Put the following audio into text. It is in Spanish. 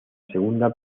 segunda